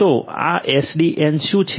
તો આ એસડીએન શું છે